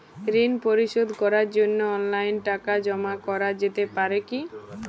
ঋন পরিশোধ করার জন্য অনলাইন টাকা জমা করা যেতে পারে কি?